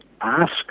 ask